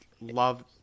love